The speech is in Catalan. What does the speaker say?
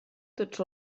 tots